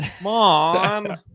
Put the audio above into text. Mom